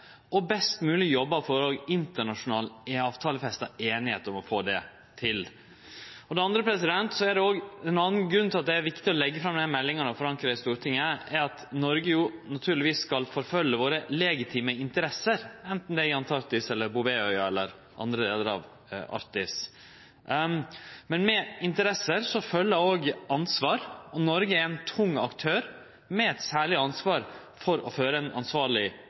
til. Ein annan grunn til at det er viktig å leggje fram desse meldingane og forankre dei i Stortinget, er at Noreg naturlegvis skal følgje våre legitime interesser, enten det er i Antarktis, Arktis eller på Bouvetøya, men med interesser følgjer òg ansvar, og Noreg er ein tung aktør med eit særleg ansvar for å føre ein ansvarleg